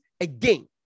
again